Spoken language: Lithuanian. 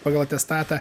pagal atestatą